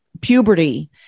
puberty